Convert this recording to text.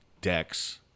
decks